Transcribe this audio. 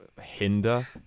Hinder